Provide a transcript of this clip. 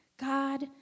God